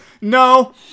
No